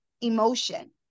emotion